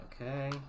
Okay